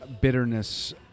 Bitterness